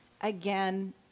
again